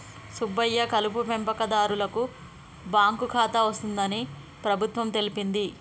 సుబ్బయ్య కలుపు పెంపకందారులకు బాంకు ఖాతా వస్తుందని ప్రభుత్వం తెలిపింది